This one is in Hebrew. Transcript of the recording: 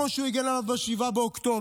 וכמו שהוא הגן עליו ב-7 באוקטובר.